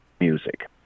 music